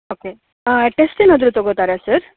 okay test ಏನಾದರು ತೊಗೋತಾರ sir